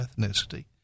ethnicity